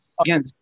again